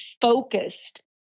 focused